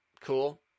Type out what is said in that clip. cool